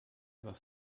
other